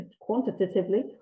quantitatively